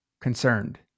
concerned